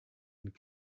and